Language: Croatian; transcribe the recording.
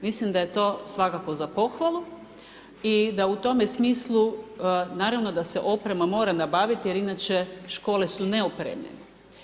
Mislim da je to svakako za pohvalu i da u tome smislu naravno da se oprema mora nabaviti, jer inače škole su neopremljene.